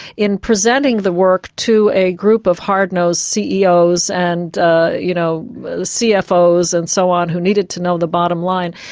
in presenting the work to a group of hardnosed ceos and ah you know cfos and so on who needed to know the bottom line,